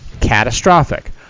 catastrophic